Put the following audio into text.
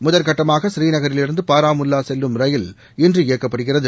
முதற்கட்டமாக ஸ்ரீநகரிலிருந்து பாரமுல்லா செல்லும் ரயில் இன்று இயக்கப்படுகிறது